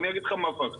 אני אגיד לך מה הפקטור